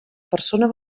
persona